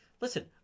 Listen